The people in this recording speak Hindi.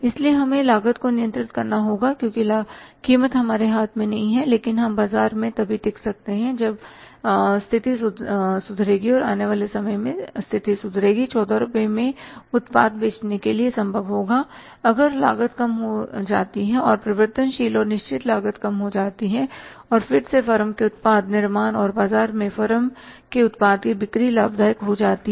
इसलिए हमें लागत को नियंत्रित करना होगा क्योंकि कीमत हमारे हाथ में नहीं है लेकिन हम बाजार में तभी टिक सकते हैं जब जब स्थिति सुधरेगी आने वाले समय में स्थिति सुधरेगी 14 रुपये में उत्पाद बेचने के लिए संभव होगा अगर लागत कम हो जाती हैपरिवर्तनशील और निश्चित लागत कम हो जाती है और फिर से फर्म के उत्पाद निर्माण और बाजार में फर्म के उत्पाद की बिक्री लाभदायक हो जाती है